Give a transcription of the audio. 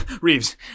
Reeves